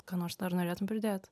ką nors dar norėtum pridėt